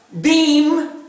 beam